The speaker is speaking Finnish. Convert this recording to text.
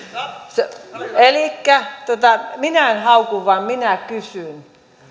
nyt elikkä minä en hauku vaan minä kysyn